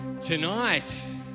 tonight